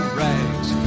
rags